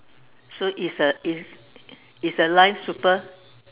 so it's a it's it's her life super